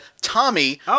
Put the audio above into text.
Tommy